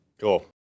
Cool